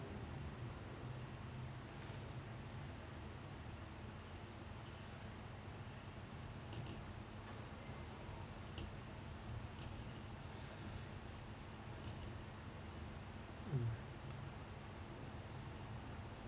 mm